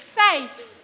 faith